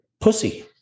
pussy